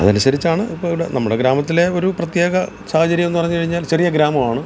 അതനുസരിച്ചാണ് ഇപ്പം ഇവിടെ നമ്മുടെ ഗ്രാമത്തിലെ ഒരു പ്രത്യേക സാഹചര്യം എന്ന് പറഞ്ഞുകഴിഞ്ഞാൽ ചെറിയ ഗ്രാമമാണ്